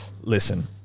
Listen